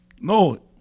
No